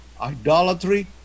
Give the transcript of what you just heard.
idolatry